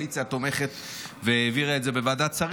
גם אם הקואליציה תומכת והעבירה את זה בוועדת שרים,